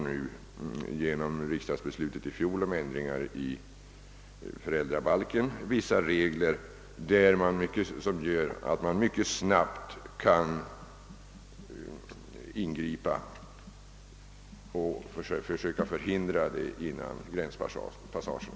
Men genom riksdagsbeslutet förra året om förändringar i föräldrabalken gäller från den 1 januari i år vissa regler som gör, att man mycket snabbt kan ingripa och försöka förhindra det hela före gränspassagen.